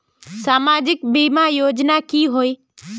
सामाजिक बीमा योजना की होय?